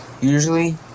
usually